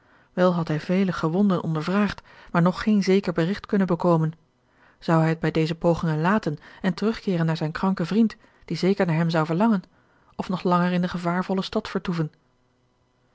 wel had hij vele gewonden ondervraagd maar nog geen zeker berigt kunnen bekomen zou hij het bij deze pogingen laten en terugkeeren naar zijn kranken vriend die zeker naar hem zou verlangen of nog langer in de gevaarvolle stad vertoeven